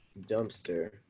dumpster